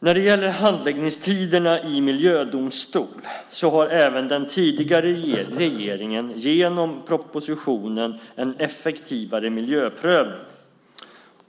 När det gäller handläggningstiderna i miljödomstol har även den tidigare regeringen genom propositionen En effektivare miljöprövning